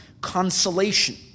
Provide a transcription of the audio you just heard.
consolation